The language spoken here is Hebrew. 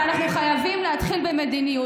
שיש לפתור בצורה יסודית,